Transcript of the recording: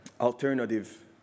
alternative